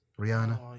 Rihanna